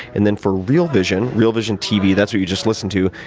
and then for real vision, real vision tv, that's what you just listened to,